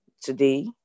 today